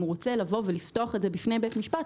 אם הוא רוצה לבוא ולפתוח את זה בפני בית משפט,